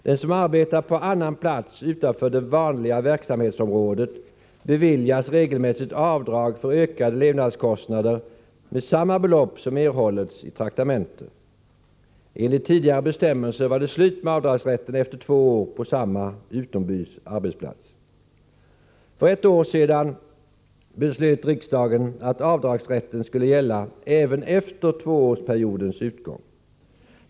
Den som arbetar på annan plats utanför det vanliga verksamhetsområdet beviljas regelmässigt avdrag för ökade levnadskostnader med samma belopp som erhållits i traktamente. Enligt tidigare bestämmelser var det slut med avdragsrätten efter två år på samma utombys arbetsplats. För ett år sedan beslöt riksdagen att avdragsrätten skulle gälla även efter tvåårsperiodens utgång.